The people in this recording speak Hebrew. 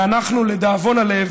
ואנחנו, לדאבון הלב,